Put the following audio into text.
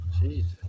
Jesus